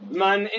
Man